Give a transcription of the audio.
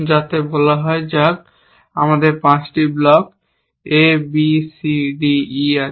যাতে বলা যাক আমার 5 টি block A B C D E আছে